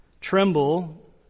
tremble